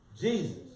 Jesus